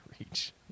reach